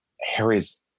Harry's